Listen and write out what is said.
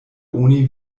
oni